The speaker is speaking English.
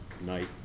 night